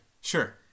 Sure